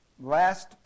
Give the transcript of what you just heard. Last